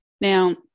Now